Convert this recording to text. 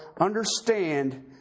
understand